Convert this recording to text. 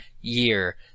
year